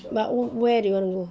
but woo~ where do you want to go